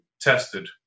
tested